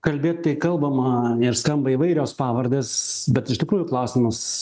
kalbėt tai kalbama ir skamba įvairios pavardės bet iš tikrųjų klausimas